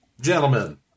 Gentlemen